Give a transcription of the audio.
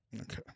Okay